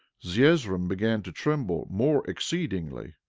zeezrom began to tremble more exceedingly,